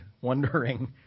wondering